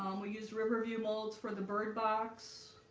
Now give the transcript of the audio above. um we use riverview molds for the bird box